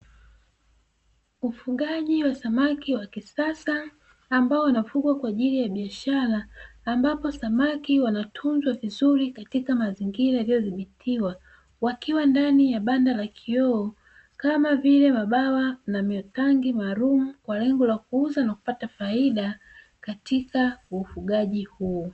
Ufugaji wa samaki wa kisasa ambao wanafugwa kwaajili ya biashara, ambapo samaki wanatunzwa vizuri katika mazingira yaliyo dhibitiwa. Wakiwa ndani ya banda la kioo kama vile mabwawa na mitangi maalum kwa lengo la kuuza na kupata faida katika ufugaji huo.